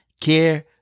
care